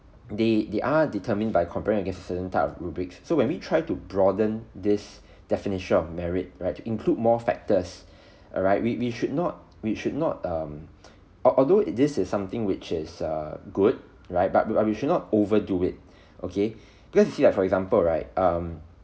they they are determined by comparing a certain type of rubik's so when we tried to broaden this definition of merit right include more factors alright we we should not we should not um although this is something which is a good right but we should not overdo it because you see like for example right um